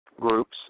groups